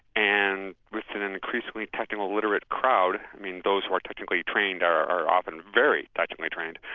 and with an increasingly techno-literate crowd, i mean those who are technically trained are are often very technically trained,